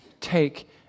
take